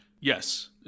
yes